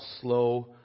slow